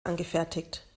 angefertigt